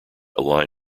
aligned